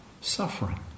Suffering